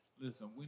listen